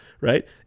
right